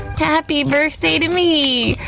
happy birthday to me,